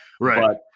Right